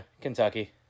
Kentucky